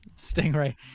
Stingray